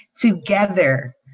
together